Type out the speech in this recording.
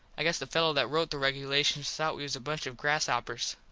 i guess the fellow that rote the regulations thought we was a bunch of grass hoppers.